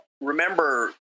remember